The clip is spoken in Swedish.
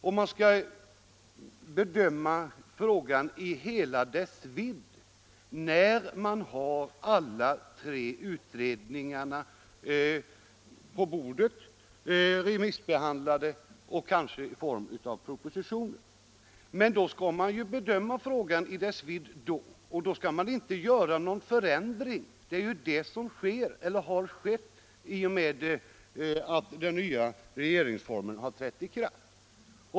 Om man skall bedöma frågan i hela dess vidd, skall man göra det när man har alla tre utredningarna på bordet, remissbehandlade och kanske i form av propositioner. Innan dess skall man inte göra någon förändring, vilket emellertid är det som har skett i och med att den nya regeringsformen har trätt i kraft.